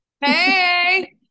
Hey